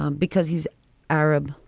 um because he's arab,